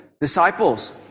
disciples